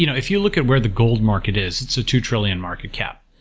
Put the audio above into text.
you know if you look at where the gold market is, it's a two trillion market cap,